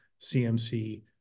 CMC